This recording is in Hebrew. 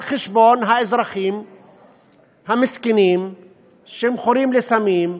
על חשבון האזרחים המסכנים שמכורים לסמים,